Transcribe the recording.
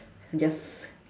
just